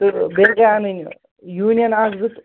تہٕ بیٚیہِ گٔے اَنٕنۍ یوٗنیَن اَکھ زٕ تہٕ